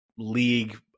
League